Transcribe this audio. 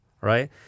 Right